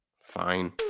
Fine